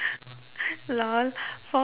lol for me ah